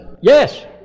Yes